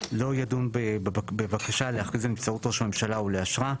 לא ידון בבקשה להכריז על נבצרות ראש הממשלה או לאשרה,